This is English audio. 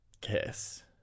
kiss